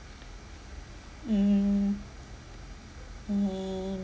mm mm